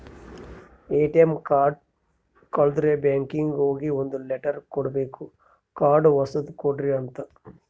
ATM card ಕಳುದ್ರೆ ಬ್ಯಾಂಕಿಗೆ ಹೋಗಿ ಒಂದ್ ಲೆಟರ್ ಕೊಡ್ಬೇಕು ಕಾರ್ಡ್ ಹೊಸದ ಕೊಡ್ರಿ ಅಂತ